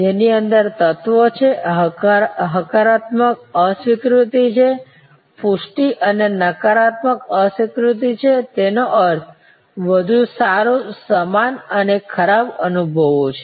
જેની અંદર તત્વો છે હકારાત્મક અસ્વીકૃતિ છે પુષ્ટિ અને નકારાત્મક અસ્વીકૃતિ છે તેનો અર્થ વધુ સારું સમાન અને ખરાબ અનુભવવું છે